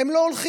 הם לא הולכים.